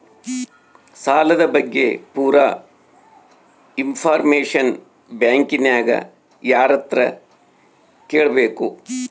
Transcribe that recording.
ಸಾಲದ ಬಗ್ಗೆ ಪೂರ ಇಂಫಾರ್ಮೇಷನ ಬ್ಯಾಂಕಿನ್ಯಾಗ ಯಾರತ್ರ ಕೇಳಬೇಕು?